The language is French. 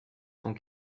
sont